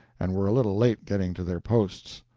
and were a little late getting to their posts.